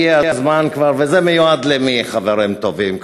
וזה מיועד למי, חברים טובים?